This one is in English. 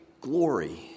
glory